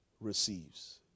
receives